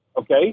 okay